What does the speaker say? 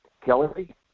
Kelly